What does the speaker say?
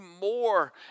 more